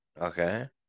Okay